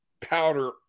powder